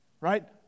right